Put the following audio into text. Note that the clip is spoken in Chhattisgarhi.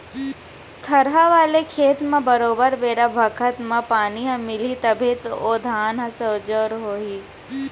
थरहा वाले खेत म बरोबर बेरा बखत म पानी ह मिलही तभे ओ धान ह सजोर हो ही